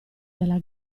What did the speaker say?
della